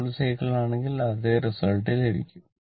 full cycle ആണെങ്കിൽ അതേ result ലഭിക്കും